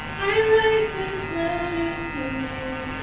i write this letter to you.